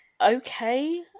okay